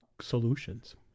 solutions